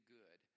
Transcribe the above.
good